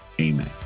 Amen